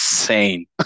Insane